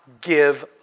give